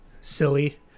silly